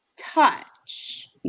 touch